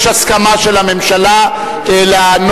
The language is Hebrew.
יש הסכמה של הממשלה לנוסח,